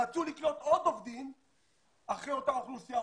רצו לקלוט עוד עובדים אחרי אותה אוכלוסייה,